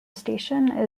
station